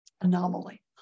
anomaly